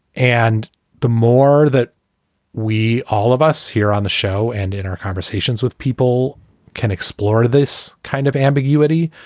and the more that we all of us here on the show and in our conversations with people can explore this kind of ambiguity.